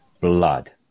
blood